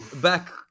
back